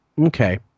Okay